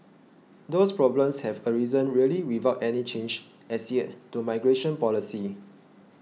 those problems have arisen really without any change as yet to migration policy